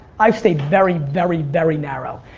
i've stayed very, very, very narrow.